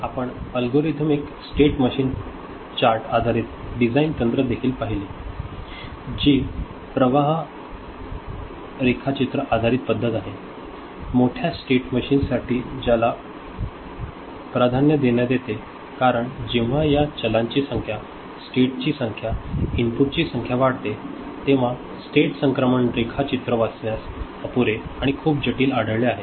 तर आपण algorithmic state machine chart आधारित डिझाइन तंत्र देखील पाहिली जी प्रवाह रेखाचित्र आधारित पद्धत आहे मोठ्या स्टेट मशीन साठी याला प्राधान्य देण्यात येते कारण जेव्हा या चलांची संख्या स्टेट ची संख्या इनपुट ची संख्या वाढते तेव्हा स्टेट संक्रमण रेखाचित्र वाचण्यास अपुरे किंवा खूपच जटिल आढळले आहे